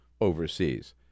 overseas